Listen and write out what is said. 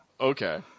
Okay